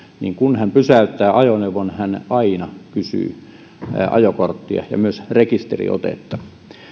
niin kun hän pysäyttää ajoneuvon hän aina kysyy ajokorttia ja myös rekisteriotetta